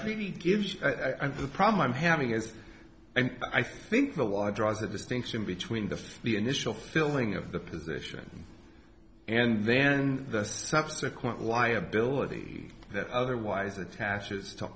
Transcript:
gives i think the problem i'm having is and i think the law draws a distinction between the the initial filling of the position and then the subsequent liability that otherwise attaches to